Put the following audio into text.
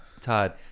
Todd